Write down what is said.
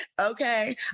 Okay